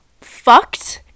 fucked